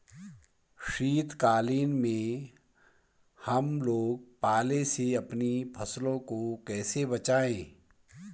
शीतकालीन में हम लोग पाले से अपनी फसलों को कैसे बचाएं?